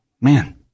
Man